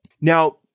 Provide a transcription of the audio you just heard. Now